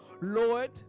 Lord